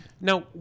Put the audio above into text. now